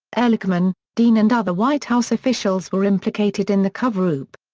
ehrlichman, dean and other white house officials were implicated in the coverup.